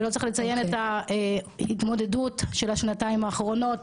ולא צריך לציין את ההתמודדות של השנתיים האחרונות.